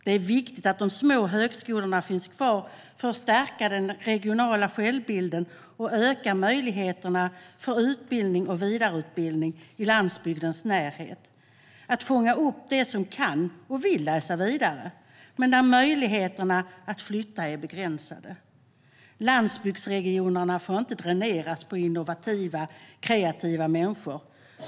Det är viktigt att de små högskolorna finns kvar för att stärka den regionala självbilden, öka möjligheterna för utbildning och vidareutbildning i landsbygdens närhet och fånga upp dem som kan och vill läsa vidare men som har begränsade möjligheter att flytta. Landsbygdsregionerna får inte dräneras på innovativa, kreativa människor.